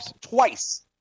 twice